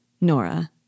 Nora